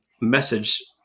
message